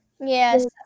yes